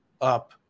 up